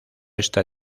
está